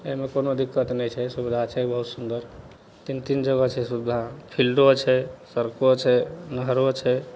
एहिमे कोनो दिक्कत नहि छै सुविधा छै बहुत सुन्दर तीन तीन जगह छै सुविधा फिल्डो छै सड़को छै नहरो छै